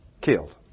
killed